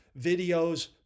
videos